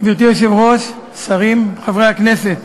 גברתי היושבת-ראש, שרים, חברי הכנסת,